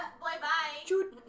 Bye-bye